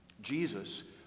Jesus